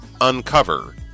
Uncover